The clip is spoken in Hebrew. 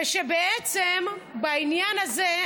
ושבעצם בעניין הזה,